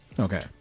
Okay